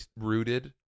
rooted